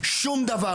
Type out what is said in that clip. שום דבר.